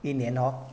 一年 hor